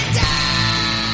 die